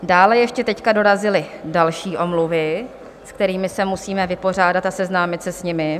Dále ještě teď dorazily další omluvy, se kterými se musíme vypořádat a seznámit se s nimi.